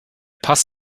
pass